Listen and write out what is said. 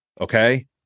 Okay